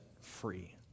free